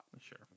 Sure